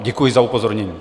Děkuji za upozornění.